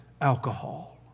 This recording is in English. alcohol